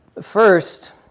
first